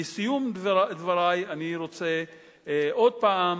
לסיום דברי אני רוצה עוד פעם